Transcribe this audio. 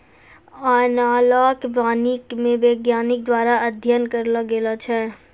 एनालाँक वानिकी मे वैज्ञानिक द्वारा अध्ययन करलो गेलो छै